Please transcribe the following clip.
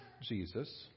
Jesus